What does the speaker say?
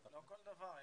לא כל דבר.